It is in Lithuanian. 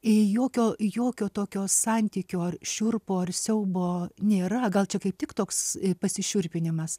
jokio jokio tokio santykio ar šiurpo ar siaubo nėra gal čia kaip tik toks pasišiurpinimas